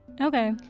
okay